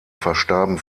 verstarben